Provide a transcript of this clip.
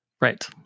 Right